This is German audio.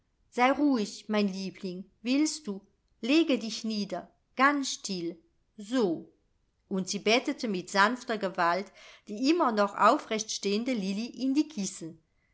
sei ruhig mein liebling willst du lege dich nieder ganz still so und sie bettete mit sanfter gewalt die immer noch aufrechtstehende lilli in die kissen